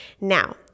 Now